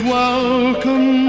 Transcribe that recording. welcome